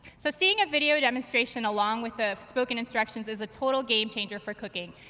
so seeing a video demonstration along with ah spoken instructions is a total game changer for cooking,